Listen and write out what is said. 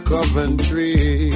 Coventry